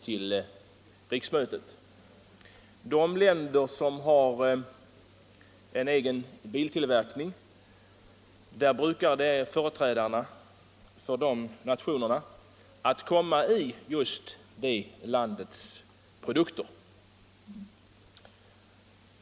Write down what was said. Företrädarna för de länder som har egen biltillverkning brukar komma i sitt eget lands bilar.